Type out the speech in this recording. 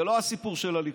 זה לא הסיפור של הליכוד,